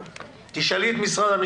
החדש הוראת שעה תיקון מס' 21) (הארכת תוקף הוראת שעה).